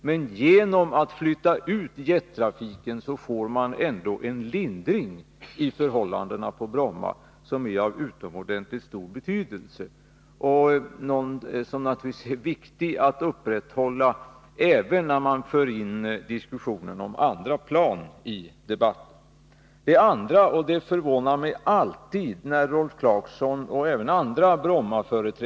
Men genom att flytta ut jettrafiken får man ändå en lindring i förhållandena på Bromma, vilken är av utomordentligt stor betydelse. Det är naturligtvis viktigt att beakta denna trafik även när man för in andra plan i debatten. För det andra är säkerhetsproblemen på Bromma oerhört väsentliga. Rolf Clarkson nonchalerar dessa ständigt.